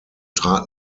trat